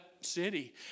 city